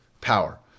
power